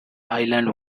island